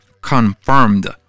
confirmed